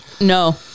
no